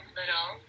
little